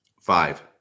Five